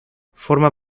forma